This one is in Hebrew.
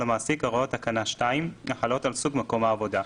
המעסיק הוראות תקנה 2 החלות על סוג מקום העבודה,